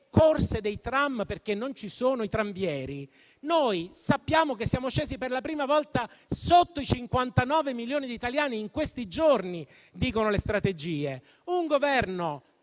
corse dei tram perché non ci sono i tranvieri. Noi sappiamo che siamo scesi per la prima volta sotto i 59 milioni di italiani negli ultimi giorni. Questo dicono le strategie. Un Governo